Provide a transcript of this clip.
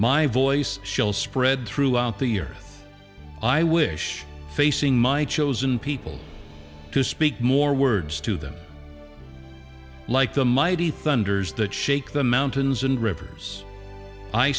my voice shells spread throughout the year i wish facing my chosen people to speak more words to them like the mighty thunders that shake the mountains and rivers i